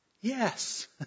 Yes